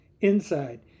Inside